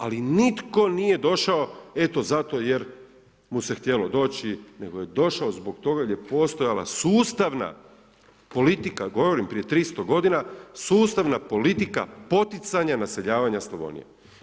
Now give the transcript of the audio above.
Ali nitko nije došao eto zato jer mu se htjelo doći, nego je došao zbog toga jer je postojala sustavna politika, govorim prije 300 godina, sustavna politika poticanja naseljavanja Slavonije.